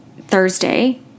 Thursday